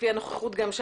לפי הנוכחות גם,